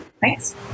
Thanks